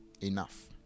Enough